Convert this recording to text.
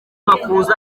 makuza